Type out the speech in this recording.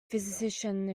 physician